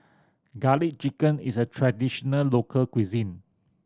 Garlic Chicken is a traditional local cuisine